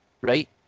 right